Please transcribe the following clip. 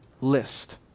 list